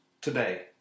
today